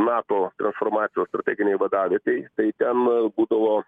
nato transformacijos strateginėj vadavietėj tai ten būdavo